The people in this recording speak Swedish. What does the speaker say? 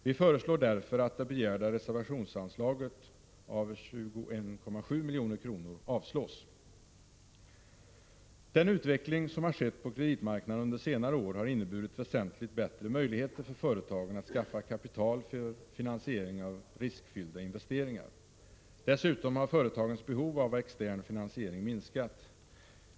Vi föreslår därför att denna begäran om ett reservationsanslag på 21,7 milj.kr. avslås. Den utveckling som har skett på kreditmarknaden under senare år har inneburit väsentligt bättre möjligheter för företagen att skaffa kapital för finansiering av riskfyllda investeringar. Dessutom har företagens behov av extern finansiering minskat.